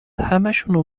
همشونو